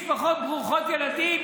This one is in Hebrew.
משפחות ברוכות ילדים,